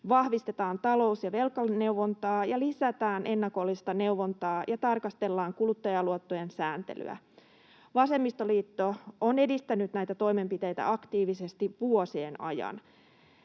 vahvistetaan talous- ja velkaneuvontaa, lisätään ennakollista neuvontaa ja tarkastellaan kuluttajaluottojen sääntelyä. Vasemmistoliitto on edistänyt näitä toimenpiteitä aktiivisesti vuosien ajan.